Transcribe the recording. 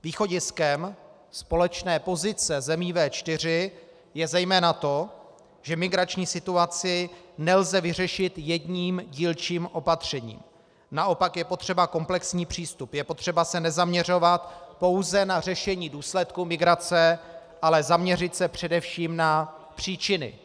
Východiskem společné pozice zemí V4 je zejména to, že migrační situaci nelze vyřešit jedním dílčím opatřením, naopak je potřeba komplexní přístup, je potřeba se nezaměřovat pouze na řešení důsledků migrace, ale zaměřit se především na příčiny.